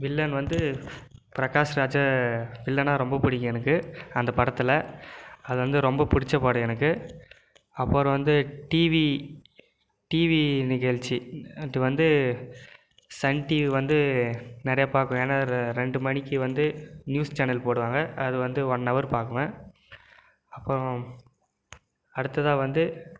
villain வந்து பிரகாஷ் ராஜை வில்லனாக ரொம்ப பிடிக்கும் எனக்கு அந்த படத்தில் அது வந்து ரொம்ப பிடிச்ச படம் எனக்கு அப்புறம் வந்து டிவி டிவி நிகழ்ச்சி வந்து சன் டிவி வந்து நிறையா பார்க்குவேன் ஏன்னால் ரெண்டு மணிக்கு வந்து நியூஸ் சேனல் போடுவாங்க அது வந்து ஒன் னவர் பார்க்குவேன் அப்புறம் அடுத்ததாக வந்து